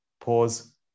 Pause